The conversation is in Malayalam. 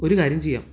ഒരു കാര്യം ചെയ്യാം